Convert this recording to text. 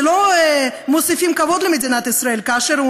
שלא מוסיפים כבוד למדינת ישראל כאשר הם